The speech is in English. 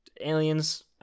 Aliens